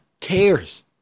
cares